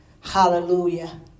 Hallelujah